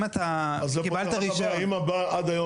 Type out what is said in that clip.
אם אתה קיבלת רישיון --- אם עד היום